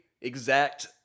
exact